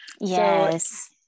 yes